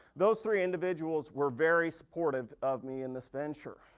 those three individuals were very supportive of me in this venture.